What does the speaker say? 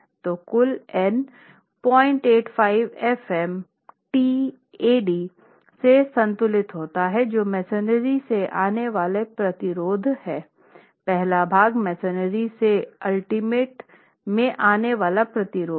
तो कुल N 085f m t से संतुलित होता है जो मेसनरी से आने वाला प्रतिरोध है पहला भाग मेसनरी से अल्टीमेट में आने वाला प्रतिरोध है